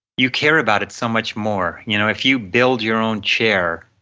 you care about it so much more you know if you build your own chair